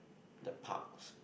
the parks